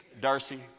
Darcy